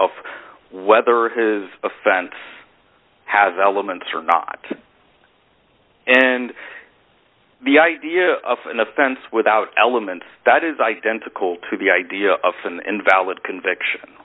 of whether his offense has elements or not and the idea of an offense without elements that is identical to the idea of an invalid conviction